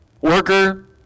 Worker